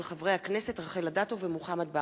הצעתם של חברי הכנסת רחל אדטו ומוחמד ברכה.